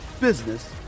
business